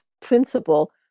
principle